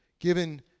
given